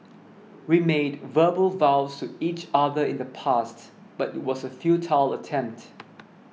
we made verbal vows to each other in the past but it was a futile attempt